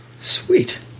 Sweet